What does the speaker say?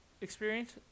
experience